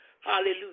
Hallelujah